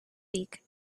beak